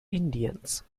indiens